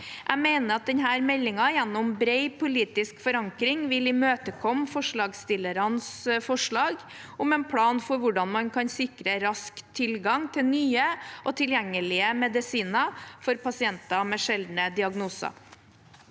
Jeg mener at denne meldingen gjennom bred politisk forankring vil imøtekomme forslagsstillernes forslag om en plan for hvordan man kan sikre rask tilgang til nye og tilgjengelige medisiner for pasienter med sjeldne diagnoser.